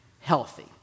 healthy